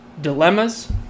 dilemmas